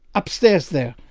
upstairs there,